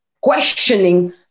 questioning